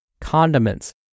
condiments